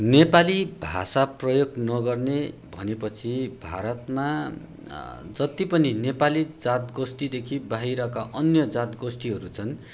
नेपाली भाषा प्रयोग नगर्ने भने पछि भारतमा जति पनि नेपाली जात गोष्ठीदेखि बाहिरका अन्य जात गोष्ठीहरू छन्